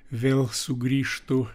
vėl sugrįžtu